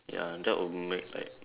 ya that would make like